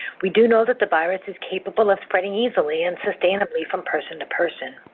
we do know that the virus is capable of spreading easily and sustainably from person to person.